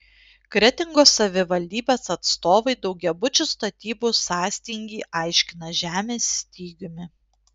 kretingos savivaldybės atstovai daugiabučių statybų sąstingį aiškina žemės stygiumi